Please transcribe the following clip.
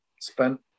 spent